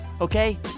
Okay